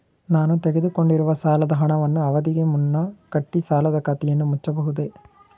ನಾನು ತೆಗೆದುಕೊಂಡಿರುವ ಸಾಲದ ಹಣವನ್ನು ಅವಧಿಗೆ ಮುನ್ನ ಕಟ್ಟಿ ಸಾಲದ ಖಾತೆಯನ್ನು ಮುಚ್ಚಬಹುದೇ?